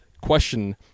question